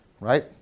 right